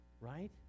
Right